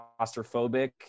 claustrophobic